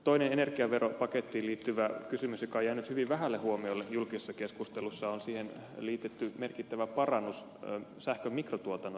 toinen energiaveropakettiin liittyvä kysymys joka on jäänyt hyvin vähälle huomiolle julkisessa keskustelussa on siihen liitetty merkittävä parannus sähkön mikrotuotannon edistämisestä